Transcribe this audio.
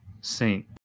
saint